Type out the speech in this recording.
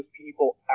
people